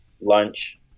lunch